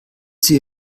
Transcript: sie